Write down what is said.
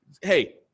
Hey